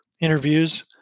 interviews